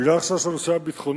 בגלל החשש של הנושא הביטחוני,